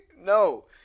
No